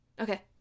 Okay